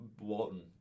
Walton